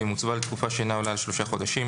ואם הוצבה לתקופה שאינה עולה על שלושה חודשים.